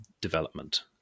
development